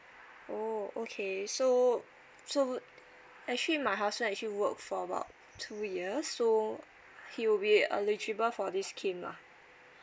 oh okay so so actually my husband actually work for about two years so he will be eligible for this scheme lah